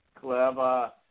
Clever